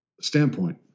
standpoint